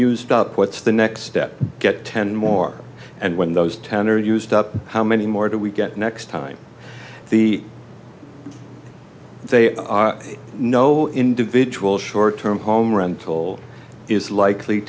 used up what's the next step get ten more and when those ten are used up how many more do we get next time the they are no individual short term home run toll is likely